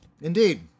Indeed